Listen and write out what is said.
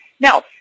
Now